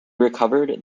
recovered